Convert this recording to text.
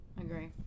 agree